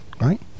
Right